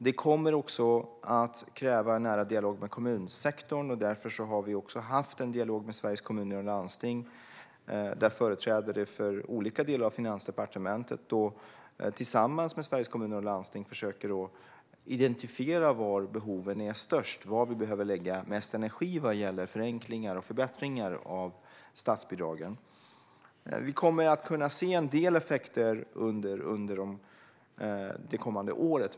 Det kommer också att krävas en nära dialog med kommunsektorn. Därför har vi haft en dialog med Sveriges Kommuner och Landsting. Företrädare för olika delar av Finansdepartementet försöker tillsammans med Sveriges Kommuner och Landsting identifiera var behoven är störst och var vi behöver lägga mest energi vad gäller förenklingar och förbättringar av statsbidragen. Vi kommer att kunna se en del effekter under det kommande året.